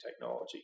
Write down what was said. technology